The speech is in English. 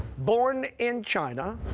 born in china,